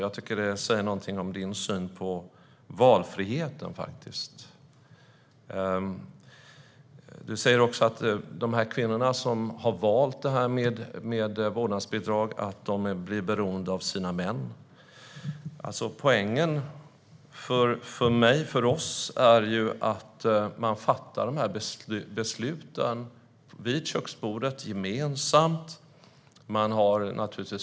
Jag tycker att det säger någonting om din syn på valfrihet. Du säger också att de kvinnor som har valt detta med vårdnadsbidrag blir beroende av sina män. Poängen för oss är ju att man fattar besluten gemensamt vid köksbordet.